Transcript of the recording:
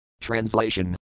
Translation